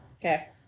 Okay